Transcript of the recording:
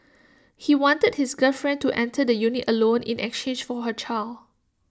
he wanted his girlfriend to enter the unit alone in exchange for her child